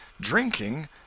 drinking